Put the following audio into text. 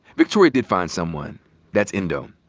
victoria did find someone that's endo.